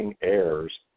Errors